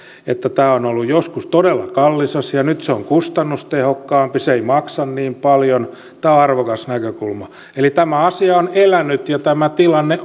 että tämä on ollut joskus todella kallis asia nyt se on kustannustehokkaampi se ei maksa niin paljon tämä on arvokas näkökulma eli tämä asia on elänyt ja tämä tilanne